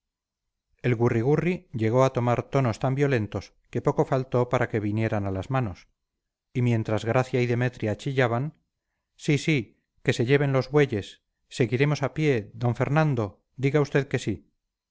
el gurri gurri llegó a tomar tonos tan violentos que poco faltó para que vinieran a las manos y mientras gracia y demetria chillaban sí sí que se lleven los bueyes seguiremos a pie d fernando diga usted que sí